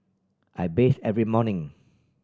I bathe every morning